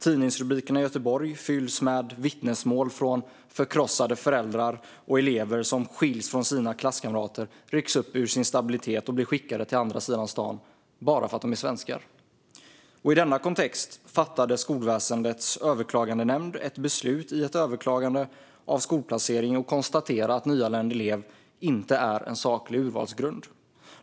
Tidningsrubrikerna i Göteborg fylls med vittnesmål från förkrossade föräldrar och från elever som skiljs från sina klasskamrater, rycks upp ur sin stabilitet och blir skickade till andra sidan av stan, bara för att de är svenskar. I denna kontext fattade skolväsendets överklagandenämnd ett beslut om ett överklagande av skolplacering och konstaterade att en nyanländ elev inte är en saklig urvalsgrund.